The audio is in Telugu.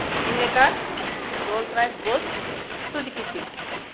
ఇనేకర్ Rolls Royce Ghost Suzuki Swift